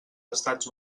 estats